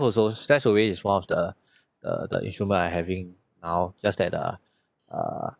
so also stashaway is one of the uh the instrument I having now just that uh err